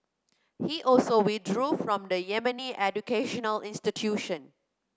he also withdrew from the Yemeni educational institution